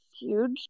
huge